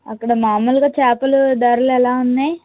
అక్కడ మామూలుగా చేపల ధరలు ఎలా ఉన్నాయి